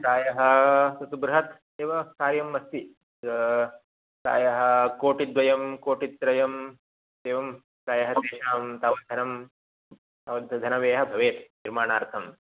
प्रायः तत् बृहत् एव कार्यम् अस्ति प्रायः कोटिद्वयं कोटित्रयम् एवं प्रायः तेषां तावद्धनं तावद् धनव्ययः भवेत् निर्माणार्थम्